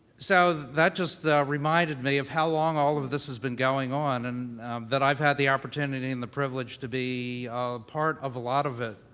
so, that just reminded me of how long all of this has been going on and that i've had the opportunity and the privilege to be a part of a lot of it.